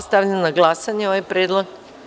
Stavljam na glasanje ovaj predlog.